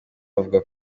bavuga